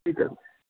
ਠੀਕ ਹੈ ਜੀ